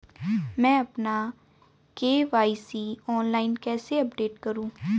मैं अपना KYC online कैसे अपडेट करूँ?